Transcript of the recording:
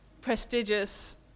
prestigious